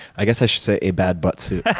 i guess i should say a bad butt suit.